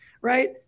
right